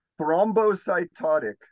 thrombocytotic